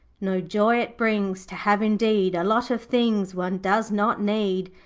no joy it brings to have indeed a lot of things one does not need.